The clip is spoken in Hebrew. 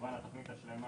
כמובן התוכנית השלמה,